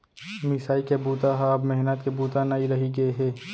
मिसाई के बूता ह अब मेहनत के बूता नइ रहि गे हे